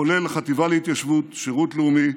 כולל החטיבה להתיישבות, השירות הלאומי,